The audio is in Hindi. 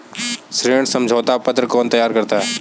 ऋण समझौता पत्र कौन तैयार करता है?